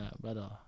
brother